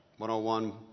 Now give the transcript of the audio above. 101